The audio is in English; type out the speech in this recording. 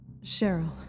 Cheryl